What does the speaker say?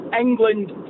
England